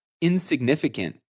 insignificant